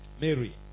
Mary